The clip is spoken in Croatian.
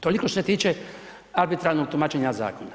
Toliko što se tiče arbitrarnog tumačenja zakona.